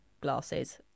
glasses